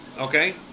okay